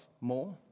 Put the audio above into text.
more